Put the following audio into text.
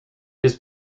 his